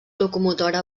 locomotora